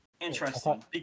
interesting